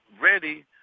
ready